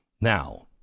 Now